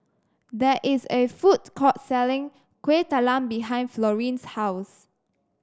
there is a food court selling Kueh Talam behind Florene's house